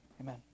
amen